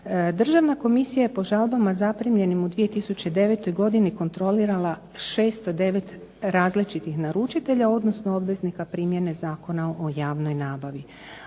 Državna komisija je po žalbama zaprimljenim u 2009. godini kontrolirala 609 različitih naručitelja, odnosno obveznika primjene Zakona o javnoj nabavi.